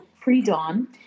pre-dawn